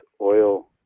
oil